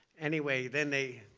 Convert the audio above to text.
anyway then they.